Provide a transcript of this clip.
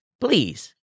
please